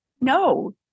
No